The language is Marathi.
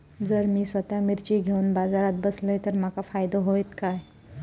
जर मी स्वतः मिर्ची घेवून बाजारात बसलय तर माका फायदो होयत काय?